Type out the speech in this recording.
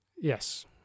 Yes